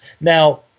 Now